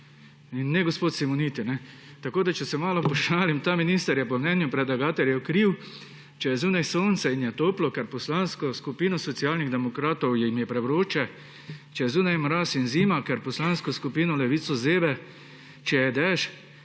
in ne gospod Simoniti. Če se malo pošalim, ta minister je po mnenju predlagateljev kriv, če je zunaj sonce in je toplo, ker je Poslanski skupini Socialnih demokratov prevroče, če je zunaj mraz in zima, ker Poslansko skupino Levica zebe, če je dež,